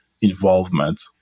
involvement